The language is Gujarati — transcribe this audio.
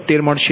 76 મળશે